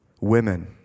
Women